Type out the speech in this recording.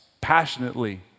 passionately